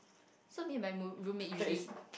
so me and my roommate usually